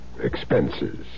expenses